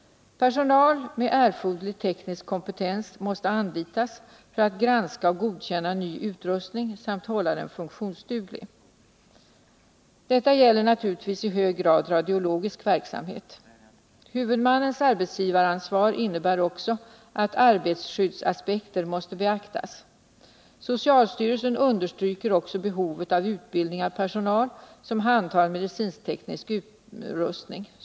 Personal med erforderlig teknisk kompetens måste anlitas för att granska och godkänna ny utrustning samt hålla den funktionsduglig. Detta gäller naturligtvis i hög grad radiologisk verksamhet. Huvudmannens arbetsgivaransvar innebär också att arbetsskyddsaspekter måste beaktas. Socialstyrelsen understryker också behovet av utbildning av personal som handhar medicinteknisk utrustning.